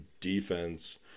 defense